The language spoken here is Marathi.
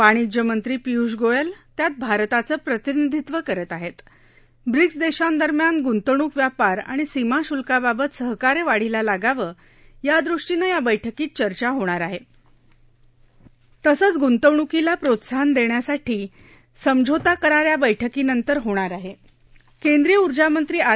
वाणिज्य मंत्री पीयुष गोयल त्यात भारताचं प्रतिनिधीत्व करत आहरी ब्रिक्स दशीदरम्यान गुंतवणूक व्यापार आणि सीमा शुल्काबाबत सहकार्य वाढीला लागावं यादृष्टीनं या बैठकीत चर्चा होणार आहा तसंच गुंतवणूकीला प्रोत्साहन दष्यासाठी समझोता करार या बैठकीनंतर होणार आहा केंद्रीय ऊर्जामंत्री आर